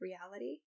reality